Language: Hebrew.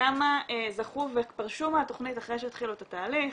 כמה זכו ופרשו מהתכנית אחרי שהתחילו את התהליך,